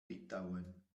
litauen